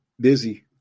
busy